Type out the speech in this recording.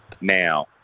Now